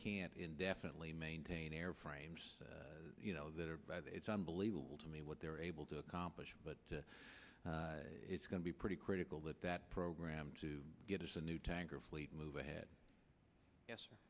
can't indefinitely maintain airframes you know that it's unbelievable to me what they're able to accomplish but it's going to be pretty critical that that program to get us a new tanker fleet move ahead yes